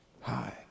Hi